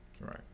Right